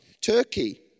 Turkey